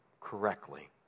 correctly